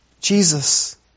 Jesus